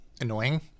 annoying